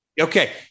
Okay